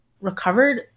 recovered